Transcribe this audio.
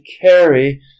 carry